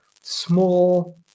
small